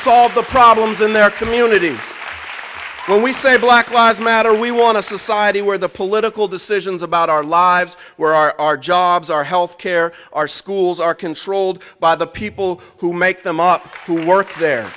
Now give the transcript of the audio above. solve the problems in their community when we say black was matter we want to society where the political decisions about our lives where are our jobs our health care our schools are controlled by the people who make them up who work there